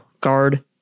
guard